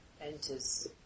enters